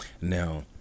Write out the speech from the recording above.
Now